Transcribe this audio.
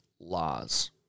laws